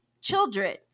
children